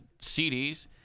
CDs